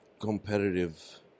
competitive